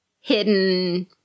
hidden